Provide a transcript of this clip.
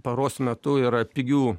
paros metu yra pigių